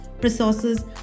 resources